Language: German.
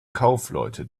kaufleute